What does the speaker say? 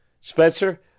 Spencer